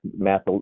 math